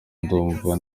ndumva